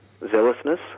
zealousness